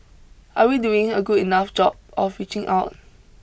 are we doing a good enough job of reaching out